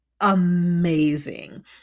amazing